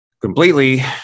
completely